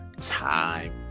time